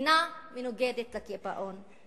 אינה מנוגדת לקיפאון,